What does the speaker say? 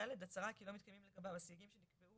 (ד) הצהרה כי לא מתקיימים לגביו הסייגים שנקבעו